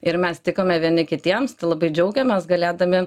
ir mes tikome vieni kitiems tai labai džiaugiamės galėdami